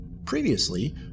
Previously